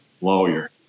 lawyer